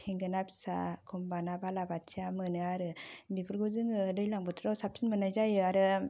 थेंगोना फिसा एखम्बा ना बालाबाथिया मोनो आरो बिफोरखौ जोङो दैज्लां बोथोराव साबसिन मोननाय जायो आरो